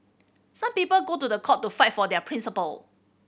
some people go to the court to fight for their principle